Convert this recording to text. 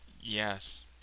Yes